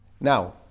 Now